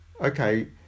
okay